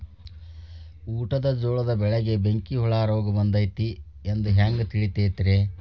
ಊಟದ ಜೋಳದ ಬೆಳೆಗೆ ಬೆಂಕಿ ಹುಳ ರೋಗ ಬಂದೈತಿ ಎಂದು ಹ್ಯಾಂಗ ತಿಳಿತೈತರೇ?